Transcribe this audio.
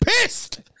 pissed